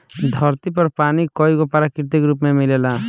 धरती पर पानी कईगो प्राकृतिक रूप में मिलेला